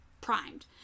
primed